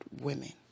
women